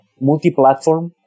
multi-platform